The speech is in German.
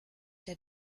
der